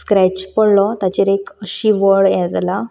scratch पडलो ताचेर अशी एक वळ यें जालां